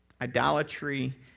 idolatry